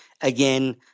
Again